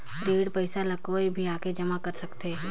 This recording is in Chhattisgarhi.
ऋण पईसा ला कोई भी आके जमा कर सकथे?